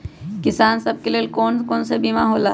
किसान सब के लेल कौन कौन सा बीमा होला?